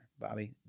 Bobby